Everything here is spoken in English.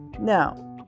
Now